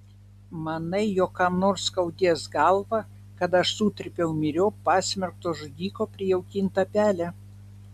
manai jog kam nors skaudės galvą kad aš sutrypiau myriop pasmerkto žudiko prijaukintą pelę